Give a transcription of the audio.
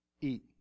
eat